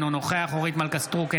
אינו נוכח אורית מלכה סטרוק,